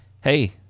hey